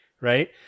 right